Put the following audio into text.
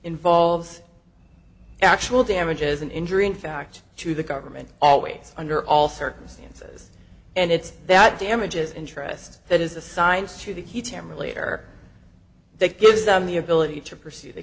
involves actual damages an injury in fact to the government always under all circumstances and it's that damages interest that is assigned to the temora later that gives them the ability to pursue the